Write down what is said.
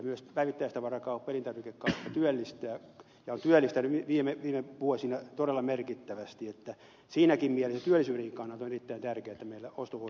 päivittäistavara elintarvikekauppa myös työllistää ja on työllistänyt viime vuosina todella merkittävästi niin että siinäkin mielessä työllisyydenkin kannalta on erittäin tärkeää että meillä ostovoima säilyy